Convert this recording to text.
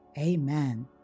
Amen